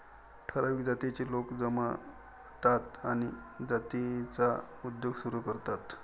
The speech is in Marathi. ठराविक जातीचे लोक जमतात आणि जातीचा उद्योग सुरू करतात